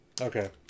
Okay